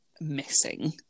missing